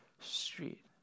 street